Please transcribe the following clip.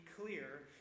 clear